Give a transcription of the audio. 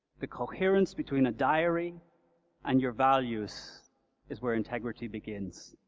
the coherence between a diary and your values is where integrity begins.